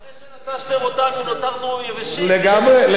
אחרי שנטשתם אותנו נותרנו יבשים, יבשים.